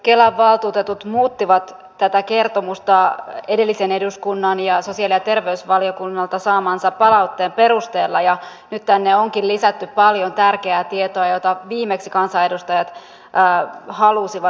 kelan valtuutetut muuttivat tätä kertomusta edellisen eduskunnan ja sosiaali ja terveysvaliokunnalta saamansa palautteen perusteella ja nyt tänne onkin lisätty paljon tärkeää tietoa jota viimeksi kansanedustajat halusivat